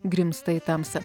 grimzta į tamsą